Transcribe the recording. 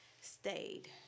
Stayed